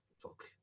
Fuck